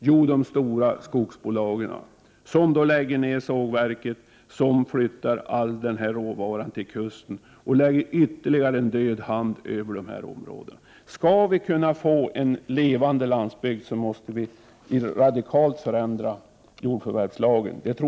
Jo, de stora skogsbolagen, som lägger 59 ned sågverket, flyttar all denna råvara till kusten och lägger ytterligare en död hand över dessa områden. Skall vi kunna få en levande landsbygd, måste vi radikalt förändra jordförvärvslagen.